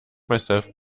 myself